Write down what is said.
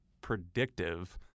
predictive